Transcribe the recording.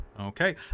Okay